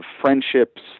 friendships